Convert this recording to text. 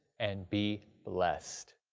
and be blessed.